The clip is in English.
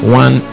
one